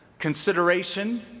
consideration,